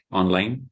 online